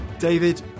David